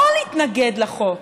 לא להתנגד לחוק,